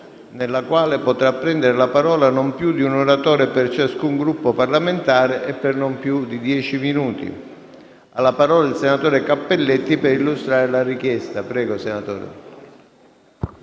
nella quale potrà prendere la parola non più di un oratore per ciascun Gruppo parlamentare e per non più di dieci minuti. Ha la parola il senatore Cappelletti per illustrare la richiesta.